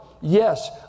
Yes